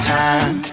time